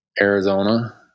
Arizona